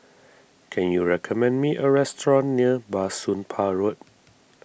can you recommend me a restaurant near Bah Soon Pah Road